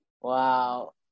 Wow